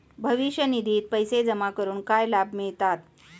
भविष्य निधित पैसे जमा करून काय लाभ मिळतात?